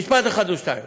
במשפט אחד או שניים.